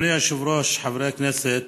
אדוני היושב-ראש, חברי הכנסת,